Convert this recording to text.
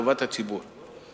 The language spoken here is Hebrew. טובת הציבור.